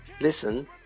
Listen